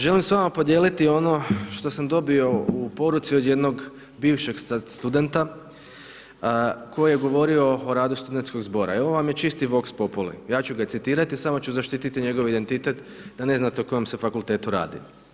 Želim s vama podijeliti ono što sam dobio u poruci od jednog bivšeg sad studenta koji je govorio o radu studentskog zbora i ovo vam je čisti …/nerazumljivo/… ja ću ga citirati, samo ću zaštiti njegov identitet da ne znate o kojem se fakultetu radi.